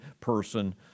person